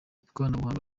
ikoranabuhanga